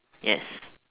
yes